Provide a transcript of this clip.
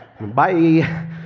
Bye